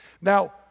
Now